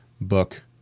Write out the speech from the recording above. book